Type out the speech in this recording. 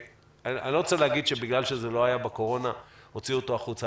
אני לא רוצה להגיד שבגלל שזה לא היה בקורונה הוציאו אותו החוצה,